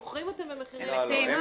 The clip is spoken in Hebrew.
מוכרים אותם במחירי הפסד?